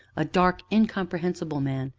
a dark, incomprehensible man,